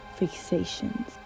fixations